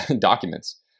documents